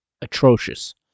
atrocious